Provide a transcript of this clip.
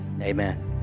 Amen